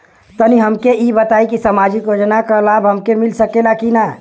तनि हमके इ बताईं की सामाजिक योजना क लाभ हमके मिल सकेला की ना?